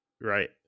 Right